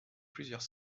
plusieurs